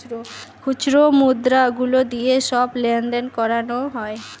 খুচরো মুদ্রা গুলো দিয়ে সব লেনদেন করানো হয়